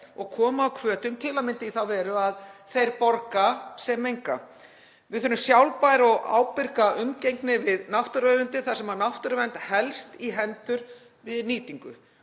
og koma á hvötum, til að mynda í þá veru að þeir borgi sem menga. Við þurfum sjálfbæra og ábyrga umgengni við náttúruauðlindir þar sem náttúruvernd helst í hendur við nýtingu.